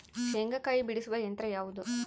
ಶೇಂಗಾಕಾಯಿ ಬಿಡಿಸುವ ಯಂತ್ರ ಯಾವುದು?